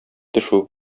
төшү